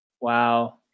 Wow